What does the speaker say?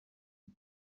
tea